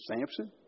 Samson